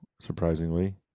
surprisingly